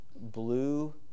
blue